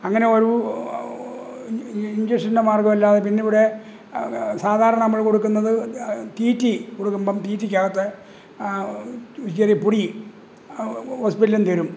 അങ്ങനെ ഒരൂ ഇഞ്ചക്ഷൻ്റെ മാർഗ്ഗമല്ലാതെ പിന്നെ ഇവിടെ സാധാരണ നമ്മൾ കൊടുക്കുന്നത് തീറ്റി കൊടുക്കുമ്പം തീറ്റിക്കകത്ത് ചെറിയ പൊടി ഹോസ്പിറ്റലിൽ നിന്നു തരും